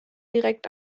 direkt